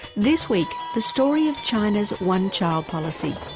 this week, the story of china's one-child policy.